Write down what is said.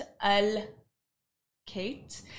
Al-Kate